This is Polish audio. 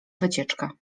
wycieczka